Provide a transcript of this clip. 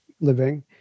living